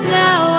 now